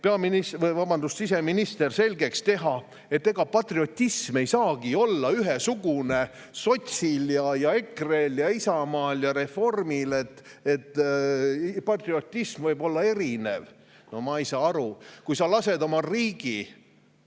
meile siin selgeks teha, et ega patriotism ei saagi olla ühesugune sotsil ja EKRE-l ja Isamaal ja reformierakondlasel, sest patriotism võib olla erinev. No ma ei saa aru! Kui sa lased oma riigi